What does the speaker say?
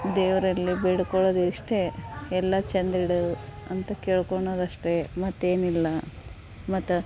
ದೇವರಲ್ಲಿ ಬೇಡ್ಕೊಳ್ಳೋದು ಇಷ್ಟೇ ಎಲ್ಲ ಚಂದ ಇಡು ಅಂತ ಕೇಳ್ಕೊಳೋದ್ ಅಷ್ಟೇ ಮತ್ತೇನಿಲ್ಲ ಮತ್ತು